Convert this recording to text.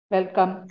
Welcome